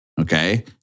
Okay